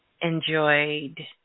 enjoyed